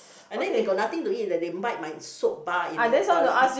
and then they got nothing to eat leh they bite my soap bar in the toilet